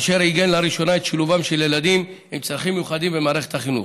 אשר עיגן לראשונה את שילובם של ילדים עם צרכים מיוחדים במערכת החינוך.